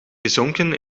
gezonken